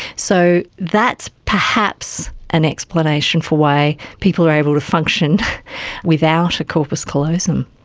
so that's perhaps an explanation for why people are able to function without a corpus callosum.